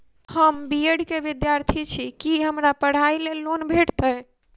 हम B Ed केँ विद्यार्थी छी, की हमरा पढ़ाई लेल लोन भेटतय?